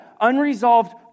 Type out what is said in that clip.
unresolved